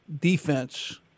defense